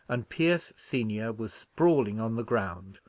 and pierce senior was sprawling on the ground,